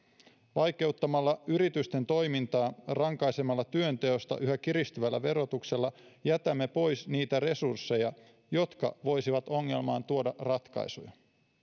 vaikeuttamalla yritysten toimintaa ja rankaisemalla työnteosta yhä kiristyvällä verotuksella jätämme pois niitä resursseja jotka voisivat ongelmaan tuoda ratkaisuja